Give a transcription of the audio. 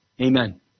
Amen